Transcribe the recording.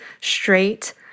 straight